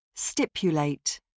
Stipulate